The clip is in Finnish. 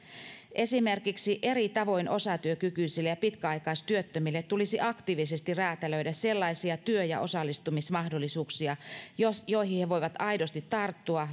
esimerkiksi eri tavoin osatyökykyisille ja pitkäaikaistyöttömille tulisi aktiivisesti räätälöidä sellaisia työ ja osallistumismahdollisuuksia joihin joihin he voivat aidosti tarttua